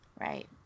Right